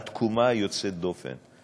התקומה יוצאת הדופן,